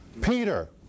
Peter